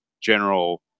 general